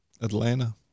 Atlanta